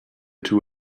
two